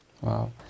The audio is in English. Wow